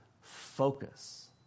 Focus